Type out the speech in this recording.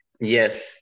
Yes